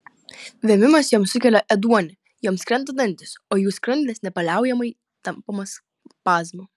vėmimas joms sukelia ėduonį joms krenta dantys o jų skrandis nepaliaujamai tampomas spazmų